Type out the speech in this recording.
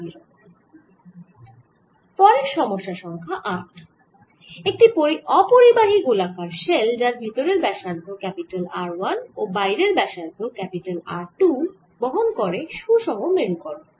পরের সমস্যা সংখ্যা 8 একটি অপরিবাহী গোলাকার শেল যার ভেতরের ব্যাসার্ধ R 1 ও বাইরের ব্যাসার্ধ R 2 বহন করে সুষম মেরুকরন P